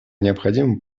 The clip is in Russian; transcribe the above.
необходимым